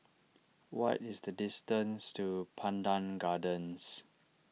what is the distance to Pandan Gardens